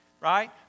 Right